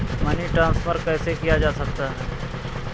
Money transfer कैसे किया जा सकता है?